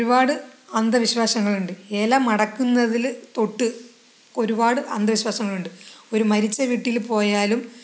ഒരുപാട് അന്ധവിശ്വാസങ്ങൾ ഉണ്ട് ഇല മടക്കുന്നതിൽ തൊട്ട് ഒരുപാട് അന്ധവിശ്വാസങ്ങൾ ഉണ്ട് ഒരു മരിച്ച വീട്ടിൽ പോയാലും